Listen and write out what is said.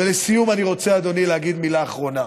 ולסיום, אדוני, אני רוצה להגיד מילה אחרונה.